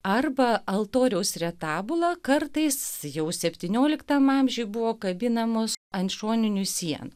arba altoriaus retabulą kartais jau septynioliktam amžiuj buvo kabinamos ant šoninių sienų